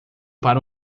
para